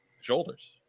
shoulders